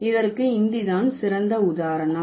அதற்கு இந்தி தான் சிறந்த உதாரணம்